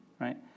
right